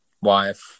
wife